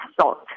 salt